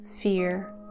fear